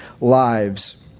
lives